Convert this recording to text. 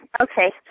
Okay